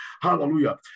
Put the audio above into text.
hallelujah